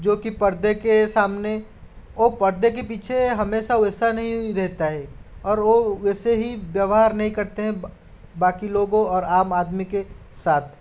जोकि परदे के सामने वो परदे के पीछे हमेशा वैसा नहीं रहता है और वो वैसे ही व्यवहार नहीं करते हैं बाकी लोगों और आम आदमी के साथ